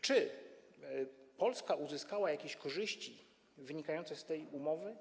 Czy Polska uzyskała jakieś korzyści wynikające z tej umowy?